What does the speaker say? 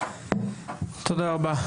תודה רבה.